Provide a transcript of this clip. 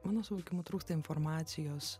mano suvokimu trūksta informacijos